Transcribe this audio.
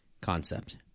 concept